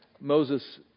Moses